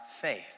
faith